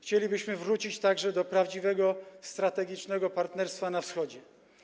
Chcielibyśmy wrócić także do prawdziwego strategicznego partnerstwa na Wschodzie.